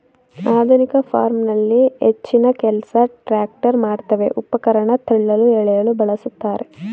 ಆಧುನಿಕ ಫಾರ್ಮಲ್ಲಿ ಹೆಚ್ಚಿನಕೆಲ್ಸ ಟ್ರ್ಯಾಕ್ಟರ್ ಮಾಡ್ತವೆ ಉಪಕರಣ ತಳ್ಳಲು ಎಳೆಯಲು ಬಳುಸ್ತಾರೆ